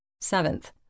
Seventh